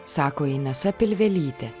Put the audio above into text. sako inesa pilvelytė